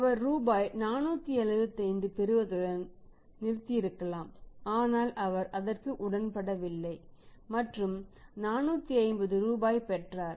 அவர் ரூபாய் 475 பெறுவதுடன் நிறுத்தியிருக்கலாம் ஆனால் அவர் அதற்கு உடன்படவில்லை மற்றும் 450 ரூபாய் பெற்றார்